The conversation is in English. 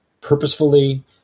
purposefully